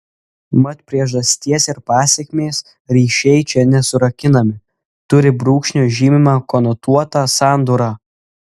mat priežasties ir pasekmės ryšiai čia nesurakinami turi brūkšnio žymimą konotuotą sandūrą